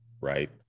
right